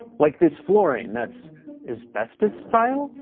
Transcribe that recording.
like this flooring that's asbestos tile?